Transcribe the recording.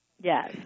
Yes